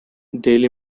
daily